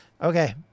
Okay